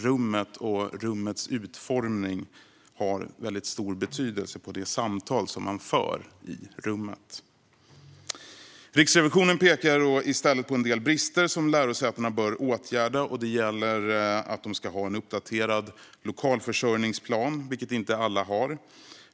Rummet och rummets utformning har mycket stor betydelse för det samtal som man för i rummet. Riksrevisionen pekar i stället på en del brister som lärosätena bör åtgärda. Det gäller att de ska ha en uppdaterad lokalförsörjningsplan, vilket inte alla har.